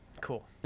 cool